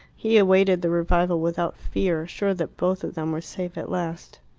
he awaited the revival without fear, sure that both of them were safe at last.